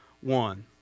one